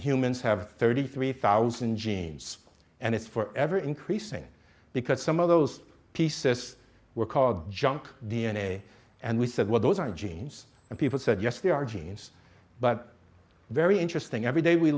humans have thirty three thousand genes and it's for ever increasing because some of those pieces were called junk d n a and we said well those are genes and people said yes there are genes but very interesting every day we